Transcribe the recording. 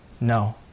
No